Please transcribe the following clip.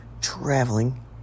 traveling